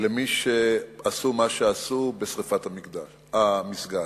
למי שעשו מה שעשו בשרפת המסגד.